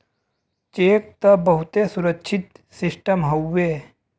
check त बहुते सुरक्षित सिस्टम हउए